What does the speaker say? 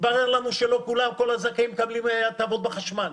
התברר לנו שלא כל הזכאים מקבלים הטבות בחשמל.